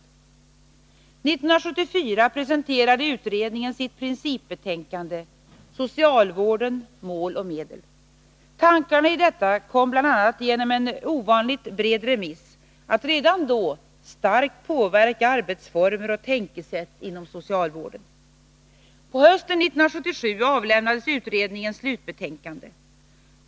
1974 presenterade utredningen sitt principbetänkande Socialvården. Mål och medel. Tankarna i detta kom, bl.a. genom en ovanligt bred remiss, att redan då starkt påverka arbetsformer och tänkesätt inom socialvården. På hösten 1977 avlämnades utredningens slutbetänkande.